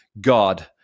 God